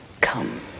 Come